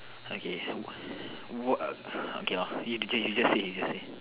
okay what what a okay lor you you you just say you just say